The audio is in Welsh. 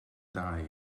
dai